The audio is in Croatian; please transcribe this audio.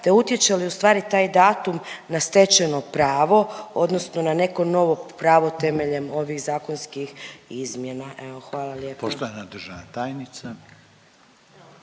te utječe li ustvari taj datum na stečajno pravo odnosno na neko novo pravo temeljem ovih zakonskih izmjena? Evo hvala lijepa. **Reiner, Željko